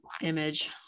image